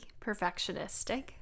perfectionistic